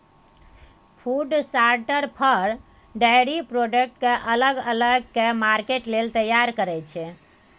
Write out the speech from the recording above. food sorter for, dairy product केँ अलग अलग कए मार्केट लेल तैयार करय छै